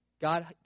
God